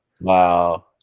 Wow